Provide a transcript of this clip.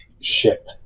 ship